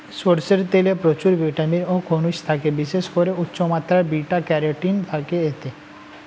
সরষের তেলে প্রচুর ভিটামিন ও খনিজ থাকে, বিশেষ করে উচ্চমাত্রার বিটা ক্যারোটিন থাকে এতে